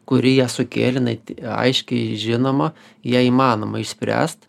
kuri ją sukėlė jinai aiškiai žinoma ją įmanoma išspręst